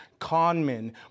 conmen